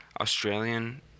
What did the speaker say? Australian